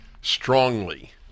strongly